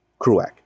Kruak